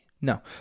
No